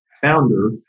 founder